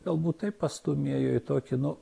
galbūt tai pastūmėjo į tokį nu